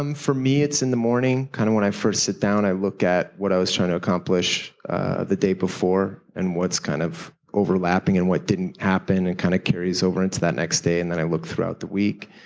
um for me it's in the morning, kind of when i first sit down i look at what i was trying to accomplish the day before and what's kind of overlapping and what didn't happen and kind of curious over into that the next day and then i look throughout the week.